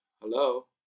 Hello